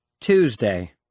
Tuesday